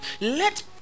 Let